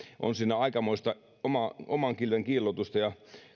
on siinä aikamoista oman oman kilven kiillotusta ja